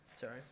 Sorry